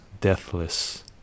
deathless